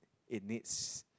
it needs